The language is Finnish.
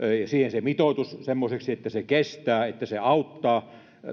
siihen se mitoitus semmoiseksi että se kestää ja että se auttaa